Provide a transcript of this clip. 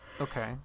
Okay